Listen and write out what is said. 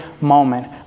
moment